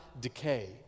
decay